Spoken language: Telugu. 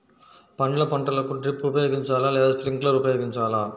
పండ్ల పంటలకు డ్రిప్ ఉపయోగించాలా లేదా స్ప్రింక్లర్ ఉపయోగించాలా?